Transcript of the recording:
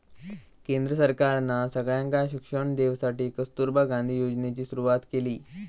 केंद्र सरकारना सगळ्यांका शिक्षण देवसाठी कस्तूरबा गांधी योजनेची सुरवात केली